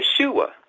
Yeshua